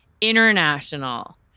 international